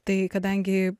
tai kadangi